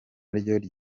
ryo